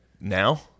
Now